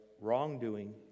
wrongdoing